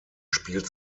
spielt